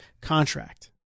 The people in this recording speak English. contract